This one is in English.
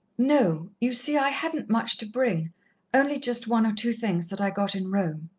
no. you see, i hadn't much to bring only just one or two things that i got in rome.